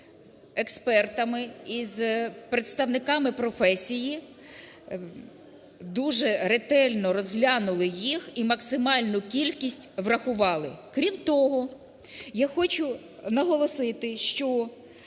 експертами, із представниками професії дуже ретельно розглянули їх і максимальну кількість врахували. Крім того, я хочу наголосити, що